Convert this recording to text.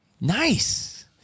Nice